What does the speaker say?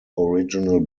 original